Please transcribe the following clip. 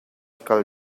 kal